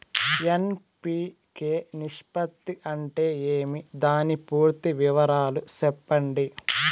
NPK నిష్పత్తి అంటే ఏమి దాని పూర్తి వివరాలు సెప్పండి?